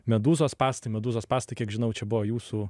medūzos spąstai medūzos spąstai kiek žinau čia buvo jūsų